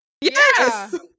Yes